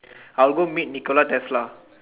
I will go meet Nicola Tesla